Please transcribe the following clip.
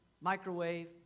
microwave